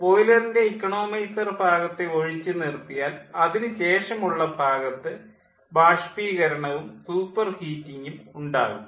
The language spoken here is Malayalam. ബോയിലറിൻ്റെ ഇക്കോണമൈസർ ഭാഗത്തെ ഒഴിച്ചു നിർത്തിയാൽ അതിന് ശേഷമുള്ള ഭാഗത്ത് ബാഷ്പീകരണവും സൂപ്പർ ഹീറ്റിംഗും ഉണ്ടാകും